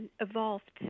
evolved